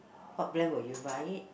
what brand will you buy it